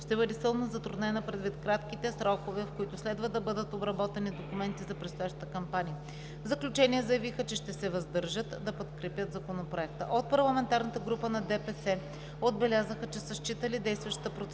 ще бъде силно затруднена предвид кратките срокове, в които следва да бъдат обработени документите за предстоящата кампания. В заключение заявиха, че ще се въздържат да подкрепят Законопроекта. От парламентарната група на ДПС отбелязаха, че са считали действащата процедура